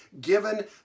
given